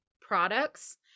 products